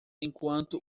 enquanto